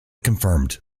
confirmed